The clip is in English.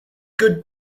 good